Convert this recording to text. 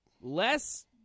less